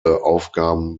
aufgaben